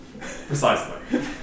Precisely